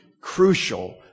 crucial